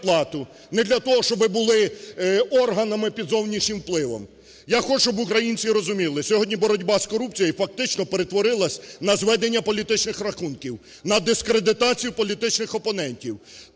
не для того, щоб ви були органами під зовнішнім впливом. Я хочу, щоб українці розуміли, сьогодні боротьба із корупцією фактично перетворилася на зведення політичних рахунків, на дискредитацію політичних опонентів.